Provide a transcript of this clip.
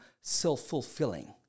self-fulfilling